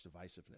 divisiveness